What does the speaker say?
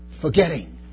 forgetting